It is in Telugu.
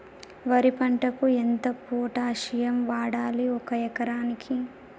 వరి పంటకు ఎంత పొటాషియం వాడాలి ఒక ఎకరానికి?